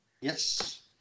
yes